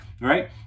right